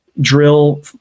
drill